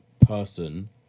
person